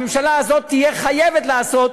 הממשלה הזאת תהיה חייבת לעשות.